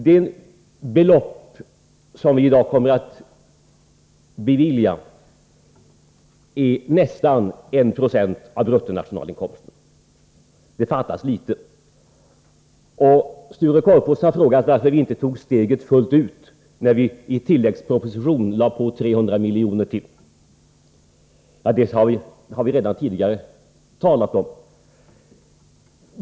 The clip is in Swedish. Det belopp som vi i dag kommer att bevilja är nästan 1 96 av bruttonationalinkomsten — det fattas litet. Sture Korpås har frågat varför vi inte tog steget fullt ut när vi i tilläggspropositionen lade på 300 miljoner. Det har vi redan tidigare talat om.